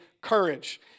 courage